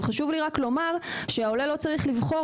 חשוב לי לומר שהעולה לא צריך לבחור